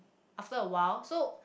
after a while so